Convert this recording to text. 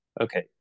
Okay